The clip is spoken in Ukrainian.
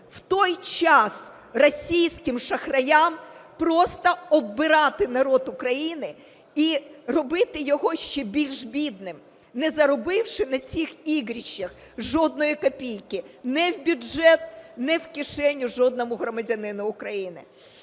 в той час російським шахраям просто оббирати народ України і робити його ще більш бідним, не заробивши на цих ігрищах жодної копійки не в бюджет, не в кишеню жодному громадянину України.